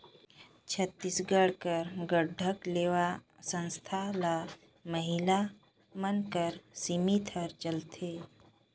छत्तीसगढ़ कर गढ़कलेवा संस्था ल महिला मन कर समिति हर चलाथे